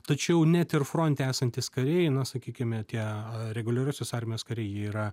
tačiau net ir fronte esantys kariai na sakykime tie reguliariosios armijos kariai jie yra